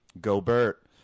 Gobert